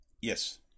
Yes